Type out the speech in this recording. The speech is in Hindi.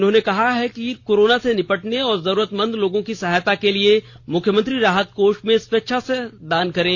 उन्होंने कहा है कि कोरोना से निपटने ओर जरूरतमंद लोगों की सहायता के लिए मुख्यमंत्री राहत कोष में स्वेच्छा से इसके लिए दान करें